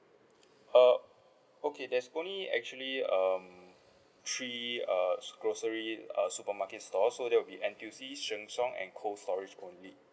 uh okay there's only actually um three uh grocery uh supermarket stores so that will be N_T_U_C sheng siong and cold storage only